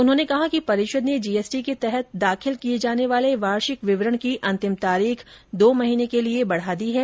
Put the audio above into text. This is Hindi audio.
उन्होंने कहा कि परिषद् ने जी एस टी के तहत दाखिल किए जाने वाले वार्षिक विवरण की अंतिम तारीख दो महीने के लिए बढ़ा दी है